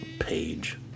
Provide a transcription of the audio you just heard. Page